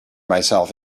myself